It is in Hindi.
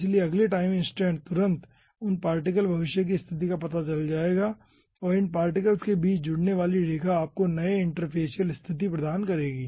इसलिए अगले टाइम इंस्टेंट तुरंत उन पार्टिकल भविष्य की स्थिति का पता लगा लिया जाएगा और इन पार्टिकल के बीच जुड़ने वाली रेखा आपको नई इंटरफेसियल स्थिति प्रदान करेगी